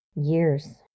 Years